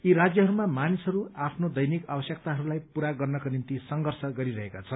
यी राज्यहरूमा मानिसहरू आफ्नो दैनिक आवश्यकताहरूलाई पूरा गर्नका निम्ति संघर्ष गरिरहेका छन्